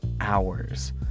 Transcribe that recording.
hours